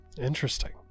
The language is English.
Interesting